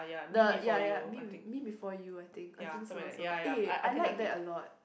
the ya ya Me Me Before You I think I think so also eh I like that a lot